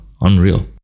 unreal